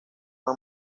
una